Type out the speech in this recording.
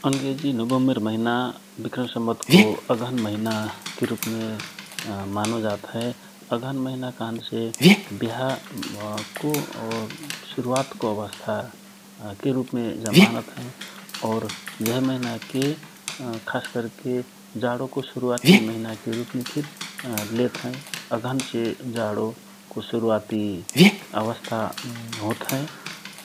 अंग्रेजी नोवेम्बर महिना विक्रम संवतको अगहन महिनाके रूपमे मानो जात हए । अगहन महना कहन से व्याहा को शुरूवातको आव्स्था के रूपमे मानो जात हए । और जहे महिनाके खास करके जाडो को शुरूवाति महिनाके रूपमे फिर लेत हए । अगहन से जाडोको शुरूवाती अवस्था होत हए ।